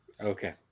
Okay